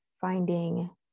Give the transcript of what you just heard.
finding